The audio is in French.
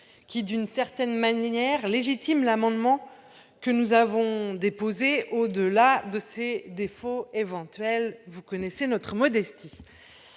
qui, d'une certaine manière, légitiment l'amendement que nous avons déposé, au-delà des défauts éventuels de ce denier- vous connaissez notre modestie,